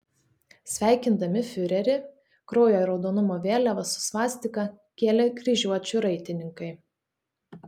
sveikindami fiurerį kraujo raudonumo vėliavas su svastika kėlė kryžiuočių raitininkai